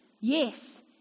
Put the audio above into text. Yes